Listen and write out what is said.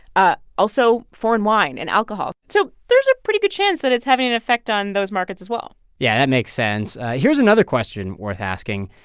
ah also foreign wine and alcohol. so there's a pretty good chance that it's having an effect on those markets as well yeah, that makes sense. here's another question worth asking.